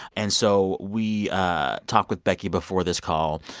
and so we talk with becky before this call.